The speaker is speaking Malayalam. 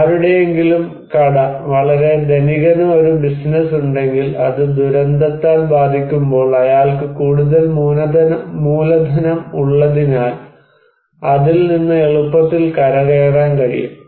ആരുടെയെങ്കിലും കട വളരെ ധനികന് ഒരു ബിസിനസ്സ് ഉണ്ടെങ്കിൽ അത് ദുരന്തതാൽ ബാധിക്കുമ്പോൾ അയാൾക്ക് കൂടുതൽ മൂലധനം ഉള്ളതിനാൽ അതിൽ നിന്ന് എളുപ്പത്തിൽ കരകയറാൻ കഴിയും